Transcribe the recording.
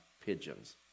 pigeons